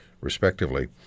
respectively